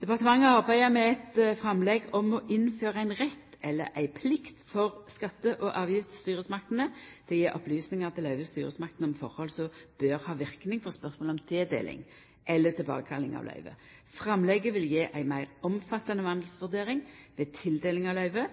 Departementet arbeider med eit framlegg om å innføra ein rett eller ei plikt for skatte- og avgiftsstyresmaktene til å gje opplysningar til løyvestyresmaktene om forhold som bør ha verknad for spørsmålet om tildeling eller tilbakekall av løyve. Framlegget vil gje ei meir omfattande vandelsvurdering ved tildeling av løyve.